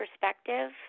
perspective